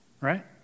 right